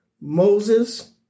Moses